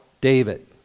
David